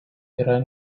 yra